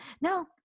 no